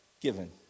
given